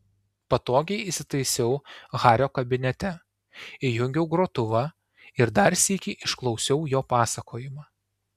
patogiai įsitaisiau hario kabinete įjungiau grotuvą ir dar sykį išklausiau jo pasakojimą